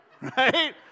right